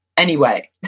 anyway.